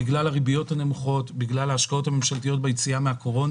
בגלל הריביות הנמוכות ובגלל ההשקעות הממשלתיות ביציאה מהקורונה,